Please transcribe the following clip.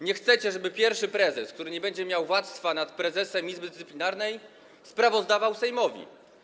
Nie chcecie, żeby pierwszy prezes, który nie będzie miał władztwa nad prezesem Izby Dyscyplinarnej, sprawozdawał Sejmowi.